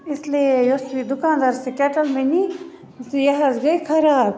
اِس لیے یۄس یہِ دُکاندارس یہِ کٮ۪ٹٕل مےٚ نی تہٕ یہِ حظ گٔے خراب